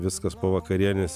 viskas po vakarienės